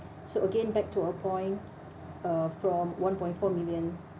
so again back to a point uh from one point four million